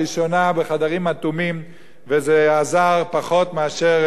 וזה עזר פחות מאשר סגולה לאריכות ימים.